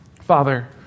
Father